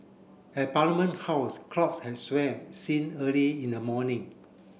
at Parliament House crowds had seelled since early in the morning